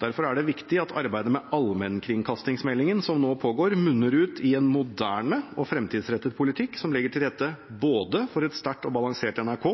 Derfor er det viktig at arbeidet med allmennkringkastingsmeldingen som nå pågår, munner ut i en moderne og fremtidsrettet politikk som legger til rette for både et sterkt og balansert NRK